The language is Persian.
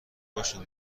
باشین